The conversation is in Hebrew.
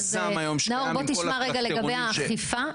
בוא תשמע רגע לגבי החקיקה.